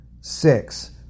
six